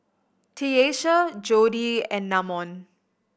Tiesha Jodi and Namon